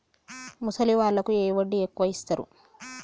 ముసలి వాళ్ళకు ఏ వడ్డీ ఎక్కువ ఇస్తారు?